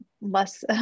less